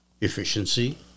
efficiency